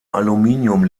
aluminium